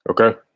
Okay